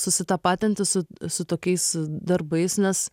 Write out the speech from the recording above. susitapatinti su su tokiais darbais nes